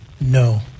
No